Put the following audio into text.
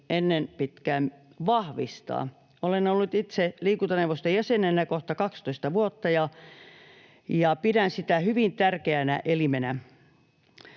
ennen pitkää vahvistaa. Olen ollut itse liikuntaneuvoston jäsenenä kohta 12 vuotta, ja pidän sitä hyvin tärkeänä elimenä.